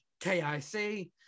KIC